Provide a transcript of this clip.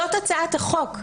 וזאת הצעת החוק,